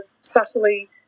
subtly